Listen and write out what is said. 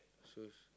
shoes